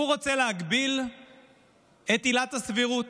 הוא רוצה להגביל את עילת הסבירות.